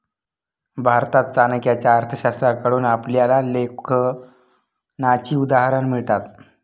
भारतात चाणक्याच्या अर्थशास्त्राकडून आपल्याला लेखांकनाची उदाहरणं मिळतात